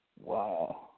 Wow